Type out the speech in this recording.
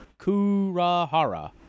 Kurahara